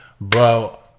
bro